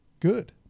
good